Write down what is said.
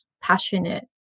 passionate